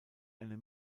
eine